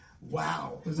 wow